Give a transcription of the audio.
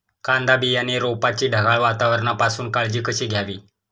कांदा बियाणे रोपाची ढगाळ वातावरणापासून काळजी कशी घ्यावी?